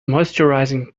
moisturising